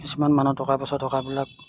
কিছুমান মানুহ টকা পইচা থকাবিলাক